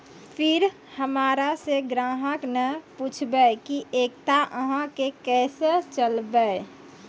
फिर हमारा से ग्राहक ने पुछेब की एकता अहाँ के केसे चलबै?